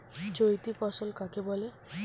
চৈতি ফসল কাকে বলে?